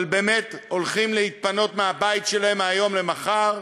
אבל באמת הולכים להתפנות מהבית שלהם מהיום למחר.